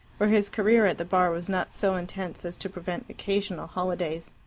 for his career at the bar was not so intense as to prevent occasional holidays.